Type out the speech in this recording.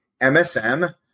MSM